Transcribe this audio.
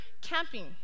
camping